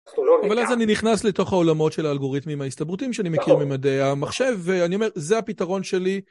אבל אז אני נכנס לתוך העולמות של האלגוריתמים ההסתברותיים שאני מכיר ממדעי המחשב ואני אומר זה הפתרון שלי.